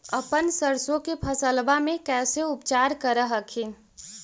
अपन सरसो के फसल्बा मे कैसे उपचार कर हखिन?